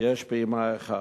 יש פעימה אחת.